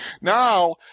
Now